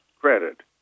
credit